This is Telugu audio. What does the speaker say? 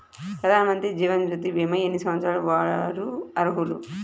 ప్రధానమంత్రి జీవనజ్యోతి భీమా ఎన్ని సంవత్సరాల వారు అర్హులు?